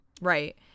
Right